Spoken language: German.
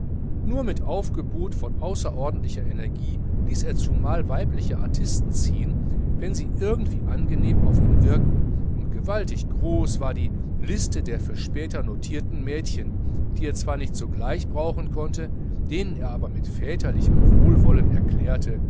nur mit aufgebot von außerordentlicher energie ließ er zumal weibliche artisten ziehen wenn sie irgendwie angenehm auf ihn wirkten und gewaltig groß war die liste der für später notierten mädchen die er zwar nicht sogleich brauchen konnte denen er aber mit väterlichem wohlwollen erklärte